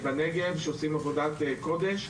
בנגב, שעושים עבודת קודש.